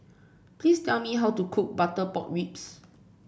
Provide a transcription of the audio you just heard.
please tell me how to cook Butter Pork Ribs